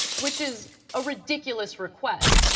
which is a ridiculous request.